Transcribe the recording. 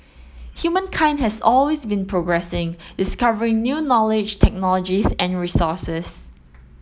humankind has always been progressing discovering new knowledge technologies and resources